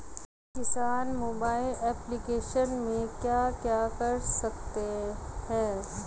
किसान mobile application पे क्या क्या कर सकते हैं?